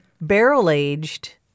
barrel-aged –